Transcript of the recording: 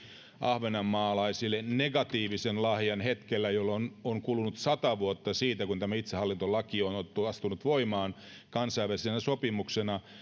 ahvenanmaalaisille negatiivisen lahjan hetkellä jolloin on kulunut sata vuotta siitä kun tämä itsehallintolaki astui voimaan kansainvälisenä sopimuksena